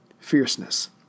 fierceness